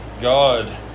God